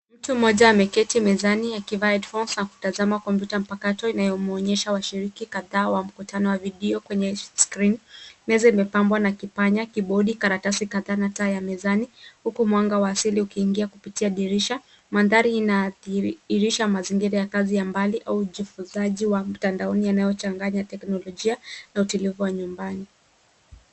Mtu mmoja ameketi mezani akivaa headphones na kutazama kompyuta mpakato inamonyesha washiriki kadhaa wa mkutano wa video kwenye screen . Meza imepambwa na kipanya, kibodi, karatasi kadhaa na taa ya mezani, huku mwanga wa asili ukiingia kupitia dirisha. Mandhari inadhihirisha mazingira ya kazi ya mbali au ujifunzaji wa mtandaoni yanayochanganya teknolojia na utulivu wa nyumbani.